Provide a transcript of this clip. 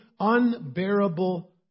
Unbearable